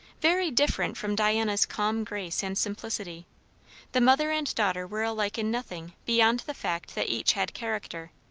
very different from diana's calm grace and simplicity the mother and daughter were alike in nothing beyond the fact that each had character.